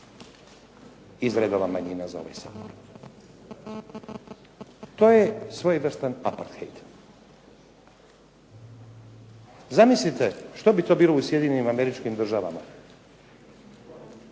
iz redova manjina za ovaj Sabor. To je svojevrstan apartheid. Zamislite što bi to bilo u Sjedinjenim Američkim Državama